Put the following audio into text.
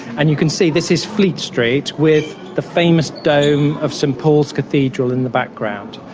and you can see this is fleet street, with the famous dome of st paul's cathedral in the background.